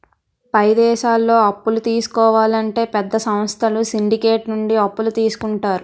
పై దేశాల్లో అప్పులు తీసుకోవాలంటే పెద్ద సంస్థలు సిండికేట్ నుండి అప్పులు తీసుకుంటారు